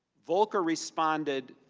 volker responded,